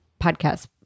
podcast